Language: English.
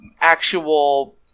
actual